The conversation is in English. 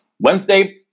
wednesday